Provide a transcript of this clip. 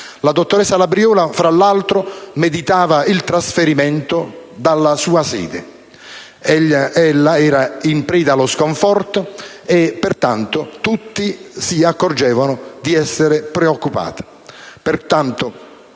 La dottoressa Labriola, fra l'altro, meditava il trasferimento dalla sua sede. Ella era in preda allo sconforto e, pertanto, tutti erano preoccupati.